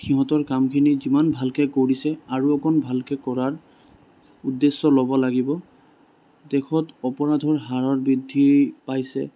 সিহঁতৰ কামখিনি যিমান ভালকে কৰিছে আৰু অকণ ভালকে কৰাৰ উদেশ্য ল'ব লাগিব দেশত অপৰাধৰ হাৰৰ বৃদ্ধি পাইছে